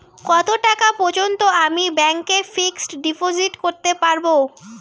কত টাকা পর্যন্ত আমি ব্যাংক এ ফিক্সড ডিপোজিট করতে পারবো?